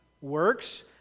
works